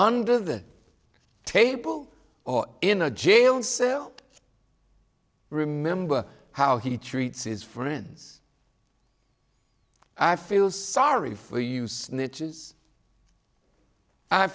under the table or in a jail cell remember how he treats his friends i feel sorry for you